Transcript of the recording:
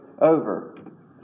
over